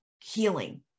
healing